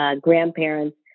Grandparents